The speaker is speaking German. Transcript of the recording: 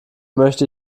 möchte